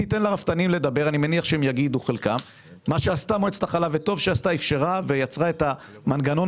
טוב שמועצת החלב אפשרה ויצרה את המנגנון